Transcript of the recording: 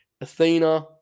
Athena